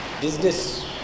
business